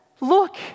look